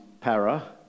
para